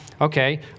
okay